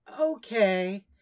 Okay